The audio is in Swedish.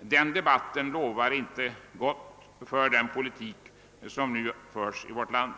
Denna debatt lovar inte gott för den politik som nu förs i vårt land.